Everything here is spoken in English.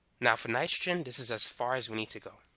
now for nitrogen this is as far as we need to go